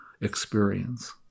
experience